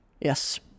yes